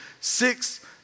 six